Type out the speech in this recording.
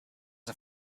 was